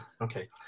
Okay